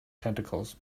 tentacles